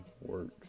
works